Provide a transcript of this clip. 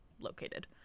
located